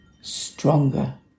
stronger